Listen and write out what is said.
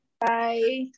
Bye